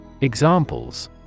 Examples